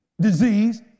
disease